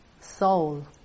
soul